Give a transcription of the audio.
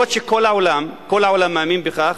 אפילו שכל העולם מאמין בכך,